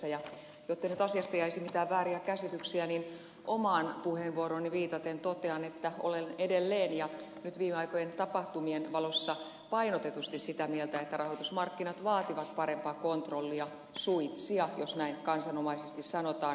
jotta nyt asiasta ei jäisi mitään vääriä käsityksiä niin omaan puheenvuorooni viitaten totean että olen edelleen ja nyt viime aikojen tapahtumien valossa painotetusti sitä mieltä että rahoitusmarkkinat vaativat parempaa kontrollia suitsia jos näin kansanomaisesti sanotaan